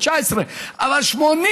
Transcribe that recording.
ל-18,000, ל-19,000.